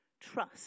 trust